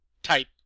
type